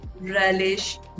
relish